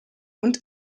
und